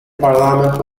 parliament